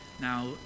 now